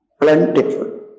plentiful